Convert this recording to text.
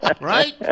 Right